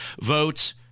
votes